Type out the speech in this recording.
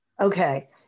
Okay